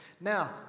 Now